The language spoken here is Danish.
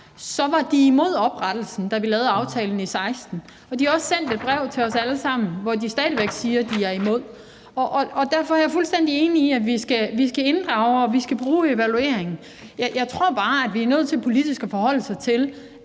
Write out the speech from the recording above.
– var imod oprettelsen, da vi lavede aftalen i 2016, og de har også sendt et brev til os alle sammen, hvor de stadig væk siger, de er imod. Derfor er jeg fuldstændig enig i, at vi skal inddrage, og at vi skal bruge evaluering, men jeg tror bare, at vi er nødt til politisk at forholde os til,